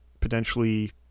potentially